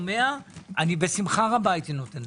שמעתי בשמחה רבה הייתי נותן.